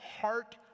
heart